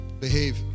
behave